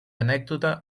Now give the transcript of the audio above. anècdota